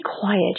quiet